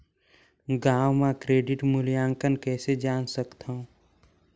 गांव म क्रेडिट मूल्यांकन कइसे जान सकथव?